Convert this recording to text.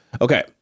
okay